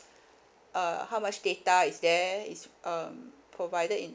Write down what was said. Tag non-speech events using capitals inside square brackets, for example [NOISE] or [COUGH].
[NOISE] uh how much data is there is um provided in